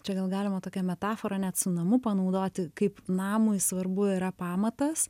čia gal galima tokią metaforą net su namu panaudoti kaip namui svarbu yra pamatas